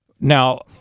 Now